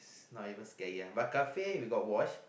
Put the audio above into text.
it's not even scary lah but kafir we got watch